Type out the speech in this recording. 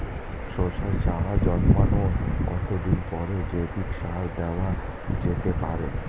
শশার চারা জন্মানোর কতদিন পরে জৈবিক সার দেওয়া যেতে পারে?